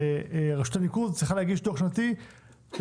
ורשות הניקוז צריכה להגיש דוח שנתי למנהל